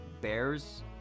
bears